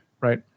right